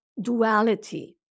duality